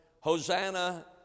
Hosanna